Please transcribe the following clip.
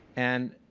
and